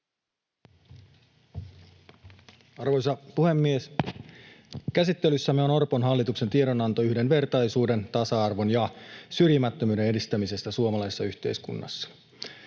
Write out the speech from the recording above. Arvoisa puhemies! Käsittelyssämme on Orpon hallituksen tiedon-anto yhdenvertaisuuden, tasa-arvon ja syrjimättömyyden edistämisestä suomalaisessa yhteiskunnassa.